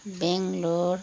Bangalore